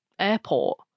airport